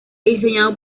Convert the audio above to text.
diseñado